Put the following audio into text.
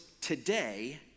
today